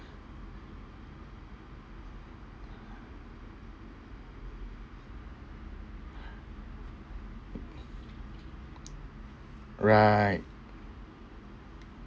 right